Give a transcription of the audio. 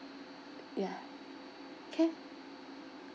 ya can